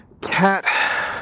cat